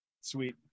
Sweet